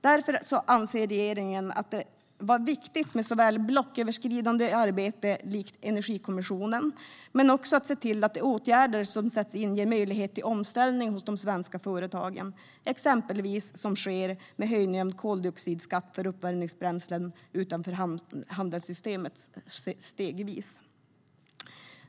Därför anser regeringen att det är viktigt med blocköverskridande arbete likt Energikommissionen men också att se till att de åtgärder som sätts in ger möjlighet till omställning hos svenska företag, vilket exempelvis sker genom stegvis höjning av koldioxidskatten för uppvärmningsbränslen utanför handelssystemet.